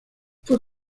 fue